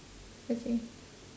okay